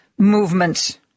Movement